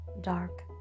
dark